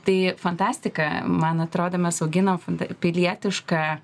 tai fantastika man atrodo mes auginam fanta pilietišką